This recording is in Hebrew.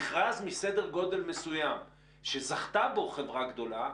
במכרז מסדר גודל מסוים שזכתה בו חברה גדולה,